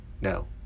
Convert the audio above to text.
no